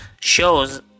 shows